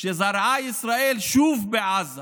שזרעה ישראל שוב בעזה